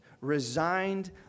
resigned